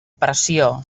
pressió